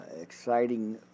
exciting